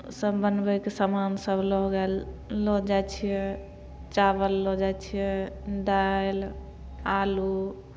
सभ बनबैके सामानसभ लऽ गेल लऽ जाइ छियै चावल लऽ जाइ छियै दालि आलू